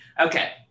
Okay